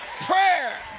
prayer